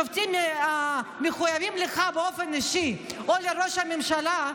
שופטים שמחויבים לך באופן אישי או לראש הממשלה,